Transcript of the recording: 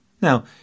Now